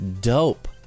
dope